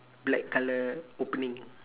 black colour opening